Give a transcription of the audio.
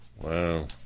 Wow